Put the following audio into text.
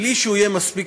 בלי שהוא יהיה